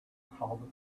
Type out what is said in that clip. call